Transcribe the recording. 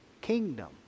Kingdom